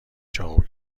چاقو